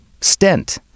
stent